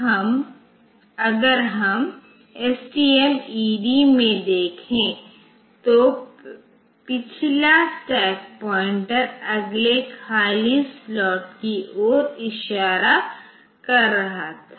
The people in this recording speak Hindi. अब अगर हम STMED में देखें तो पिछला स्टैक पॉइंटर अगले खाली स्लॉट की ओर इशारा कर रहा था